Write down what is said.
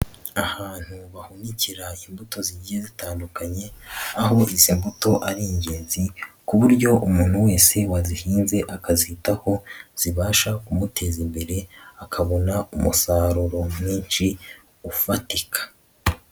Ahantu bahunikira imbuto zigiye hatandukanye, aho izo mbuto ari ingenzi ku buryo umuntu wese wazihinze akazitaho zibasha kumuteza imbere akabona umusaruro mwinshi ufatika.